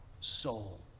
soul